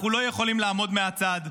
אנחנו לא יכולים לעמוד מהצד.